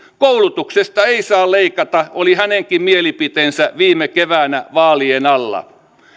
koulutuksesta ei saa leikata oli hänenkin mielipiteensä viime keväänä vaalien alla